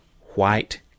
white